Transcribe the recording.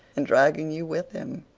and dragging you with him.